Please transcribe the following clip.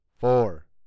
Four